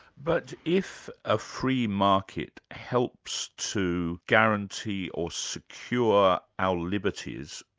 but if a free market helps to guarantee or secure our liberties,